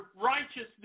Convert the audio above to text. righteousness